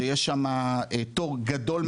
שיש שמה תור גדול מאוד.